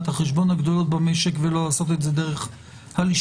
החשבון הגדולים במשק ולא לעשות את זה דרך הלשכה.